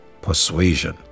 persuasion